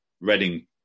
reading